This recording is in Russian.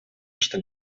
что